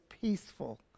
peaceful